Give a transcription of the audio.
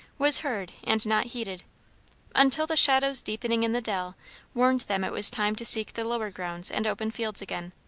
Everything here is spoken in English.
was heard and not heeded until the shadows deepening in the dell warned them it was time to seek the lower grounds and open fields again.